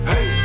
Hey